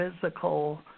physical